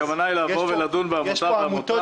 הכוונה לדון עמותה, עמותה?